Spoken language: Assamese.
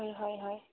হয় হয় হয়